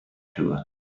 tour